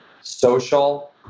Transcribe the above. social